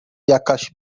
jakaś